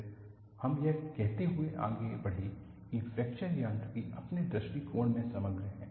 फिर हम यह कहते हुए आगे बढ़े कि फ्रैक्चर यांत्रिकी अपने दृष्टिकोण में समग्र है